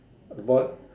a boy